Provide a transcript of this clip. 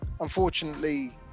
unfortunately